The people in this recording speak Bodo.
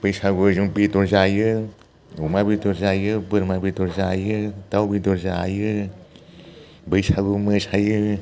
बैसागुआव जों बेदर जायो अमा बेदर जायो बोरमा बेदर जायो दाउ बेदर जायो बैसागु मोसायो